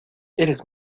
eres